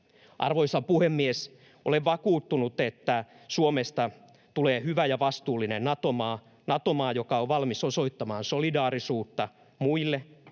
Arvoisa puhemies! Olen vakuuttunut, että Suomesta tulee hyvä ja vastuullinen Nato-maa — Nato-maa, joka on valmis osoittamaan solidaarisuutta muille